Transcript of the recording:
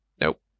Nope